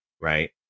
right